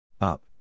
Up